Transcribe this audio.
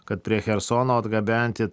kad prie chersono atgabenti